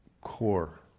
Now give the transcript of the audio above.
core